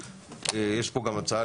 יש פה גם הצעה,